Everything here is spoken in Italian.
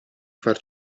far